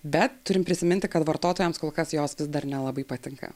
bet turim prisiminti kad vartotojams kol kas jos dar nelabai patinka